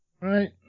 Right